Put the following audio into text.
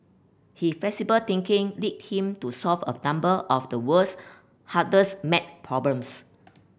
he flexible thinking lead him to solve a number of the world's hardest maths problems